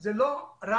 זה לא רק